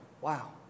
Wow